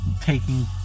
taking